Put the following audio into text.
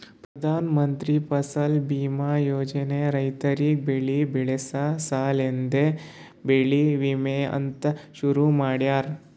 ಪ್ರಧಾನ ಮಂತ್ರಿ ಫಸಲ್ ಬೀಮಾ ಯೋಜನೆ ರೈತುರಿಗ್ ಬೆಳಿ ಬೆಳಸ ಸಲೆಂದೆ ಬೆಳಿ ವಿಮಾ ಅಂತ್ ಶುರು ಮಾಡ್ಯಾರ